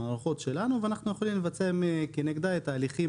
היא נכנסת למערכות שלנו ואנחנו יכולים לבצע כנגדה את ההליכים,